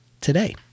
today